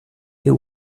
you